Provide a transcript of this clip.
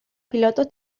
pilotos